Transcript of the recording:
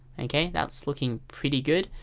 okay, that's looking pretty good.